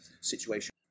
situation